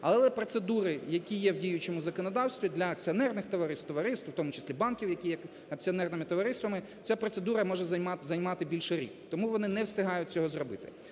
Але процедури, які є в діючому законодавстві для акціонерних товариств, товариств, в тому числі банків, які є акціонерними товариствами ця процедура може займати більше рік. Тому вони не встигають цього зробити.